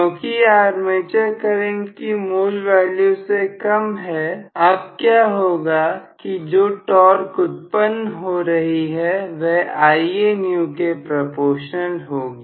क्योंकि यह armature current कि मूल वैल्यू से कम है अब क्या होगा कि जो टॉर्क उत्पन्न हो रही है वह Ianew के प्रपोशनल होगी